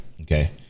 okay